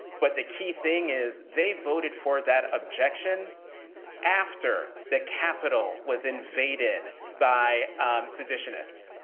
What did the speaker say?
but the key thing is, they voted for that objection after the capitol was invaded by seditionists.